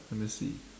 let me see